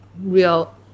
real